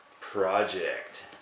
project